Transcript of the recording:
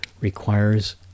requires